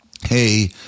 hey